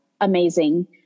Amazing